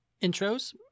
intros-